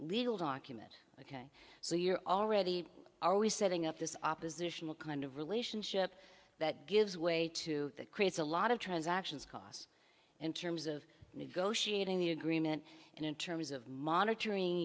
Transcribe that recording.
legal document ok so you're already are we setting up this oppositional kind of relationship that gives way to that creates a lot of transactions costs in terms of negotiating the agreement and in terms of monitoring